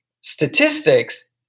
statistics